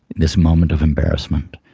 this moment of embarrassment.